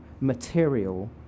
material